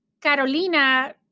Carolina